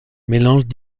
mélangent